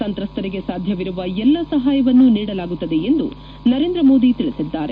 ಸಂತ್ರಸ್ತರಿಗೆ ಸಾಧ್ಯವಿರುವ ಎಲ್ಲ ಸಹಾಯವನ್ನು ನೀಡಲಾಗುತ್ತದೆ ಎಂದು ನರೇಂದ್ರ ಮೋದಿ ಹೇಳಿದ್ದಾರೆ